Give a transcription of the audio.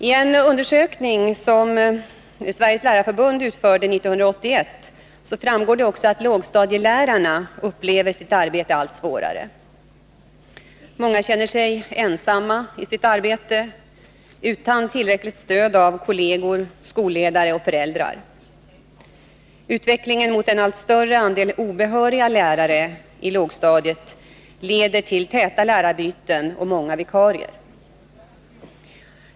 I en undersökning som Sveriges lärarförbund utförde 1981 framgår att lågstadielärarna upplever sitt arbete som allt svårare. Många känner sig ensamma i sitt arbete, utan tillräckligt stöd från kolleger, skolledare och föräldrar. Utvecklingen mot en allt större andel obehöriga lärare i lågstadiet leder till täta lärarbyten och många vikarier.